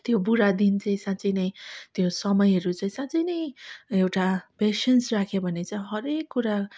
त्यो बुरा दिन चाहिँ साँच्चै नै त्यो समयहरू चाहिँ साँच्चै नै एउटा पेसेन्स राख्यो भने चाहिँ हरेक कुरा चाहिँ